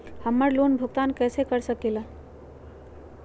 हम्मर लोन भुगतान कैसे कर सके ला?